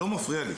לא מפריע לי.